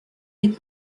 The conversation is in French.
des